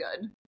good